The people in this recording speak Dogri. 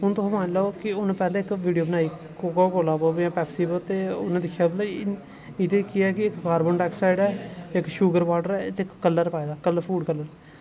हून तुस लाई लैओ कि उन्न पैह्लें इक विडियो बनाई कोका कोला पैपसी पर ते उ'नें दिक्खेआ भाई एह्दे च केह् ऐ इक कार्बन डाईक्साईड ऐ इक शुगर बाटर ऐ इक कल्लर पाए दा फूड कल्लर